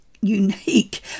unique